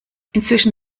inzwischen